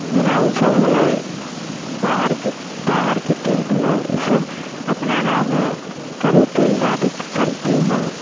जेना ओसब होलै बाहरके बाहरके तेल भेलै ईसब अपना गाँवमे कड़ु तेल जादे चलती हइ